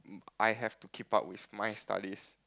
I have to keep up with my studies